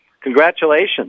congratulations